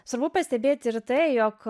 svarbu pastebėti ir tai jog